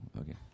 Okay